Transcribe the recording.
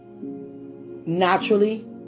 naturally